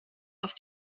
auf